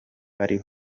bari